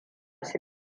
su